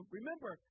remember